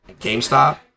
GameStop